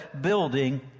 building